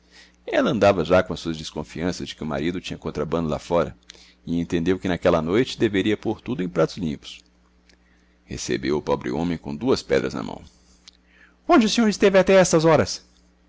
ela andava já com suas desconfianças de que o marido tinha contrabando lá fora e entendeu que naquela noite deveria pôr tudo em pratos limpos recebeu o pobre homem com duas pedras na mão onde esteve o senhor até estas horas